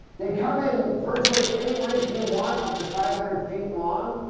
they come in virtually any length you want up to five hundred feet long.